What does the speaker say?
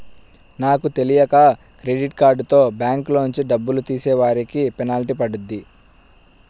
నాకు తెలియక క్రెడిట్ కార్డుతో బ్యాంకులోంచి డబ్బులు తీసేసరికి పెనాల్టీ పడింది